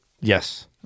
yes